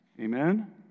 Amen